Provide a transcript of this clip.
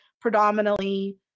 predominantly